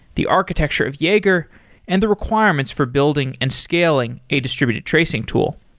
the architecture of jaeger and the requirements for building and scaling a distributed tracing tool.